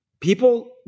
People